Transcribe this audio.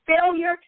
Failure